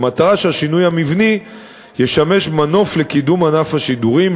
כדי שהשינוי המבני ישמש מנוף לקידום ענף השידורים,